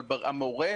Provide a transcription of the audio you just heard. אבל המורה,